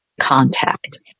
contact